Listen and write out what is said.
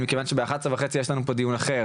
מכיוון שבאחת עשרה וחצי יש לנו פה דיון אחר,